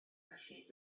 felly